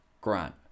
Grant